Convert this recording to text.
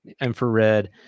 infrared